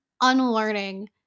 unlearning